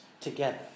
together